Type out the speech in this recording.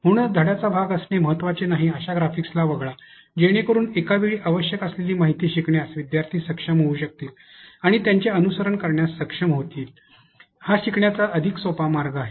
म्हणून धड्याचा भाग असणे महत्वाचे नाही अशा ग्राफिक्सला वगळा जेणेकरुन एका वेळी आवश्यक असलेली माहिती शिकण्यास विद्यार्थी सक्षम होऊ शकतील आणि त्यांचे अनुसरण करण्यास सक्षम होऊ शकतील हा शिकण्याचा अधिक सोपा मार्ग आहे